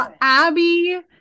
Abby